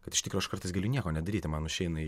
kad iš tikro aš kartais galiu nieko nedaryti man užeina